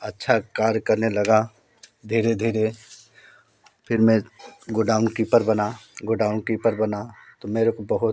अच्छा कार्य करने लगा धीरे धीरे फिर मैं गोडाउन कीपर बना गोडाउन कीपर बना तो मेरे को बहुत